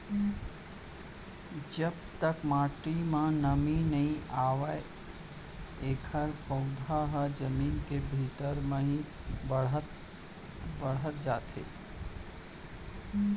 जब तक माटी म नमी नइ आवय एखर पउधा ह जमीन के भीतरी म बाड़हत जाथे